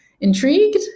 intrigued